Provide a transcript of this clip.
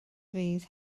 rhydd